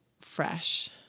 fresh